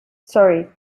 sorry